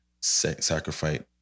sacrifice